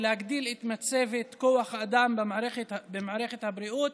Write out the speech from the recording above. ולהגדיל את מצבת כוח האדם במערכת הבריאות